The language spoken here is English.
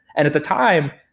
and at the time,